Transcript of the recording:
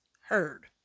heard